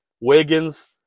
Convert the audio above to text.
Wiggins